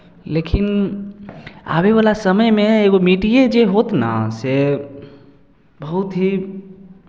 लेकिन आबयवला समयमे एगो मीडिये जे होत ने से बहुत ही